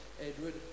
Edward